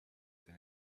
than